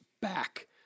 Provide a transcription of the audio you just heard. back